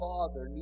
Father